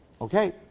Okay